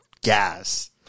Gas